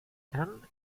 kann